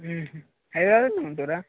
హైదరాబాద్లో ఉంటుర్రా